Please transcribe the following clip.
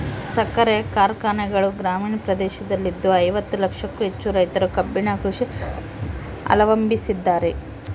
ಸಕ್ಕರೆ ಕಾರ್ಖಾನೆಗಳು ಗ್ರಾಮೀಣ ಪ್ರದೇಶದಲ್ಲಿದ್ದು ಐವತ್ತು ಲಕ್ಷಕ್ಕೂ ಹೆಚ್ಚು ರೈತರು ಕಬ್ಬಿನ ಕೃಷಿ ಅವಲಂಬಿಸಿದ್ದಾರೆ